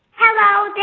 hello,